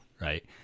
right